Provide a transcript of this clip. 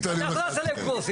בואו נעשה את זה עכשיו 45 יום.